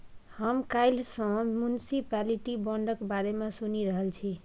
हम काल्हि सँ म्युनिसप्लिटी बांडक बारे मे सुनि रहल छी